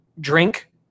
drink